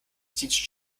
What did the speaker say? teach